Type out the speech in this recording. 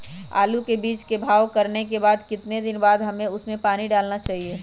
आलू के बीज के भाव करने के बाद कितने दिन बाद हमें उसने पानी डाला चाहिए?